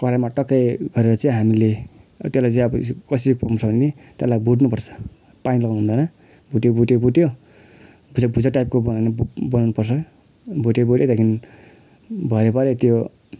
कराइमा टक्कै गरेर चाहिँ हामीले अब त्यसलाई चाहिँ अब कसरी पकाउँछ भने त्यसलाई भुट्नुपर्छ पानी लगाउनु हुँदैन भुट्यो भुट्यो भुट्यो त्यो चाहिँ भुजा टाइपको बनाउनु बनाउनुपर्छ भुट्यो भुट्यो त्यहाँदेखि भरे भरे त्यो